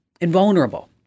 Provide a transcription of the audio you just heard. invulnerable